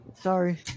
Sorry